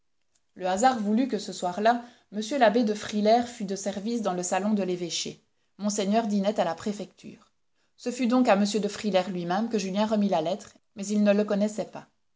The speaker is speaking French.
le hasard voulut que ce soir-là m l'abbé de frilair fût de service dans le salon de l'évêché monseigneur dînait à la préfecture ce fut donc à m de frilair lui-même que julien remit la lettre mais il ne le connaissait pas